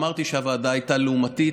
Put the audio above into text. אמרתי שהוועדה הייתה לעומתית,